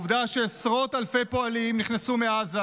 העובדה שעשרות אלפי פועלים נכנסו מעזה,